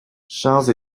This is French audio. chants